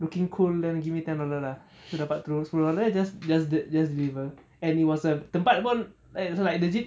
looking cool then give me ten dollar lah itu dapat terus sepuluh dollar just just the just deliver and it was a tempat pun like also like legit